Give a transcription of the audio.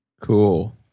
Cool